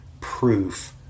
proof